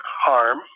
harm